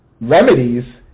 remedies